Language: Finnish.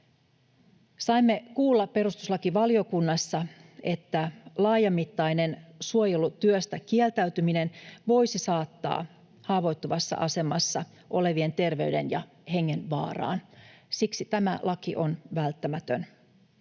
Saimme kuulla perustuslakivaliokunnassa, että laajamittainen suojelutyöstä kieltäytyminen voisi saattaa haavoittuvassa asemassa olevien terveyden ja hengen vaaraan. Siksi tämä laki on välttämätön.